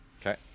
okay